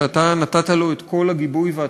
שאתה נתת לו את כל הגיבוי והתמיכה,